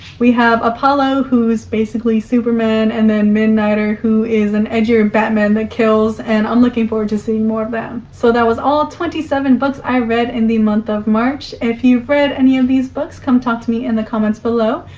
we have apollo, who's basically superman, and then midnighter who is an edgier batman that kills, and i'm looking forward to seeing more of them. so that was all twenty seven books i read in the month of march. if you've read any of these books, come talk to me in the comments below.